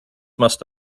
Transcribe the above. must